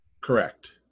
correct